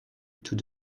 tout